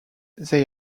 they